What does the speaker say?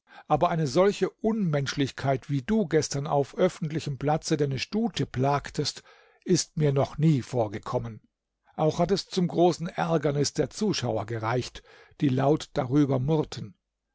aber eine solche unmenschlichkeit wie du gestern auf öffentlichem platze deine stute plagtest ist mir noch nie vorgekommen auch hat es zum großen ärgernis der zuschauer gereicht die laut darüber murrten